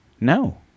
No